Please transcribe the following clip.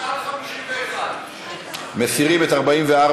מסירים עד 51. מסירים את 44,